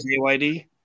JYD